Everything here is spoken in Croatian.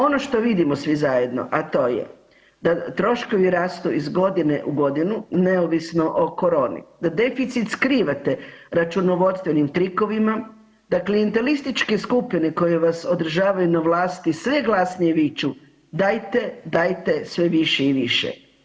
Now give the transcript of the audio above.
Ono što vidimo svi zajedno, a to je da troškovi rastu iz godine u godinu, neovisno o koroni, da deficit skrivate računovodstvenim trikovima, da klijentelističke skupine koje vas održavaju na vlasti sve glasnije viču dajte, dajte, sve više i više.